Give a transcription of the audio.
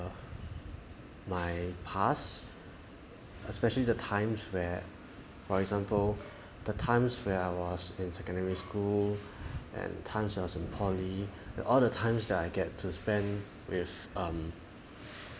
my past especially the times where for example the times where I was in secondary school and times when I was in poly all the times that I get to spend with um